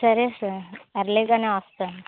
సరే sir early గానే వస్తాను